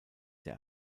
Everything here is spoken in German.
der